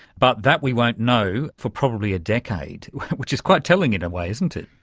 but that we won't know for probably a decade which is quite telling in a way, isn't it.